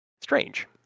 strange